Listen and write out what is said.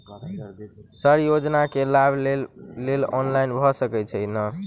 Sir योजना केँ लाभ लेबऽ लेल ऑनलाइन भऽ सकै छै नै?